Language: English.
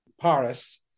Paris